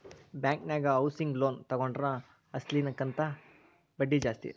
ಬ್ಯಾಂಕನ್ಯಾಗ housing loan ತಗೊಂಡ್ರ ಅಸ್ಲಿನ ಕಿಂತಾ ಬಡ್ದಿ ಜಾಸ್ತಿ